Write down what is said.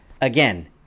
again